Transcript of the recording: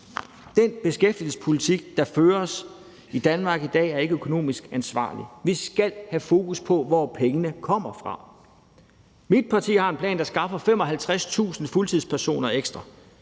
Den beskæftigelsespolitik, der føres i Danmark i dag, er ikke økonomisk ansvarlig. Vi skal have fokus på, hvor pengene kommer fra. Mit parti har en plan, der skaffer 55.000 fuldtidspersoner ekstra.